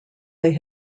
they